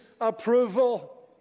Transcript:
approval